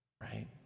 right